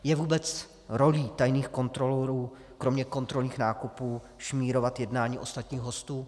Je vůbec rolí tajných kontrolorů kromě kontrolních nákupů šmírovat jednání ostatních hostů?